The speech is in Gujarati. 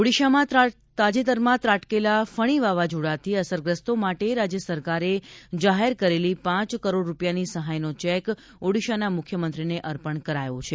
ઓડીશામાં તાજેતરમાં ત્રાટકેલા ફણી વાવાઝોડાથી અસરગ્રસ્તો માટે રાજ્ય સરકારે જાહેર કરેલી પ કરોડ રૂપિયાની સહાયનો ચેક ઓડીશાના મુખ્યમંત્રીને અર્પણ કરાયો છે